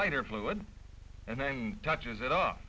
lighter fluid and then touches it